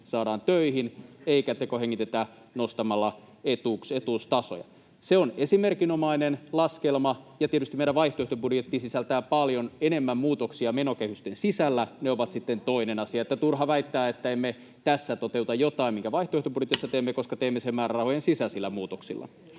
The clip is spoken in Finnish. saadaan töihin eikä tekohengitetä nostamalla etuustasoja. Se on esimerkinomainen laskelma, ja tietysti meidän vaihtoehtobudjetti sisältää paljon enemmän muutoksia menokehysten sisällä, mutta ne ovat sitten toinen asia, niin että turha väittää, että emme tässä toteuta jotain, minkä vaihtoehtobudjetissa teemme, koska teemme sen määrärahojen sisäisillä muutoksilla.